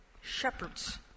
shepherds